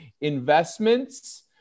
Investments